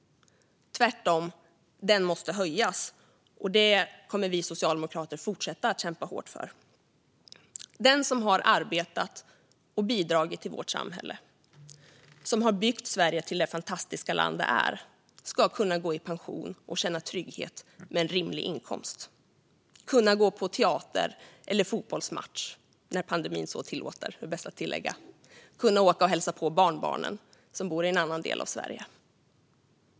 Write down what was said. Tvärtom måste den höjas, och det kommer vi socialdemokrater att fortsätta att kämpa hårt för. Den som har arbetat och bidragit till vårt samhälle och byggt Sverige till det fantastiska land det är ska kunna gå i pension och känna trygghet med en rimlig inkomst. Man ska kunna gå på teater eller på fotbollsmatch - när pandemin tillåter, är det bäst att tillägga. Man ska kunna åka och hälsa på barnbarnen i en annan del av Sverige.